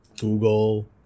Google